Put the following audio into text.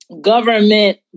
government